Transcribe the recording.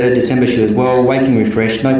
ah december she was well, waking refreshed, no